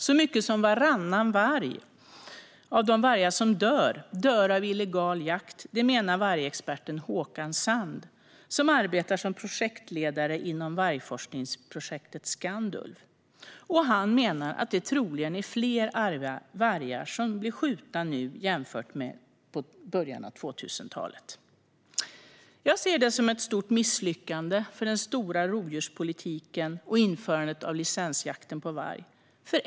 Så många som varannan av de vargar som dör, dör av illegal jakt, menar vargexperten Håkan Sand, som arbetar som projektledare inom vargforskningsprojektet Skandulv. Han menar att det troligen är fler vargar som blir skjutna nu än det var i början av 2000-talet. Jag ser detta som ett stort misslyckande för rovdjurspolitiken och införandet av licensjakt på varg.